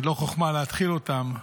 לא חוכמה להתחיל אותן,